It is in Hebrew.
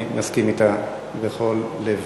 אני מסכים אתה בכל לב.